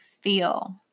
feel